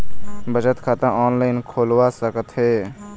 बचत खाता ऑनलाइन खोलवा सकथें?